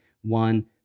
one